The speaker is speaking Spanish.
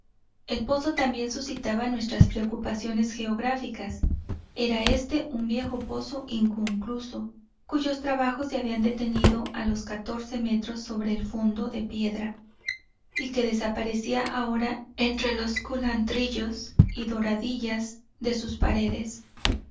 el pozo también suscitaba nuestras preocupaciones geográficas era éste un viejo pozo inconcluso cuyos trabajos se habían detenido a los catorce metros sobre el fondo de piedra y que desaparecía ahora entre los culantrillos y doradillas de sus paredes